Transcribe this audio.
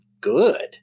good